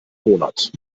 monat